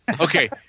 Okay